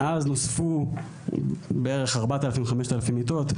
מאז נוספו בערך 5,000-4,000 מיטות.